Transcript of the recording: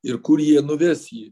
ir kur jie nuves jį